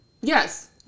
Yes